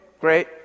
great